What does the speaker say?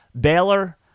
Baylor